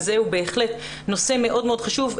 זה בהחלט נושא מאוד מאוד חשוב.